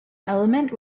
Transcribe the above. element